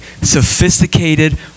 sophisticated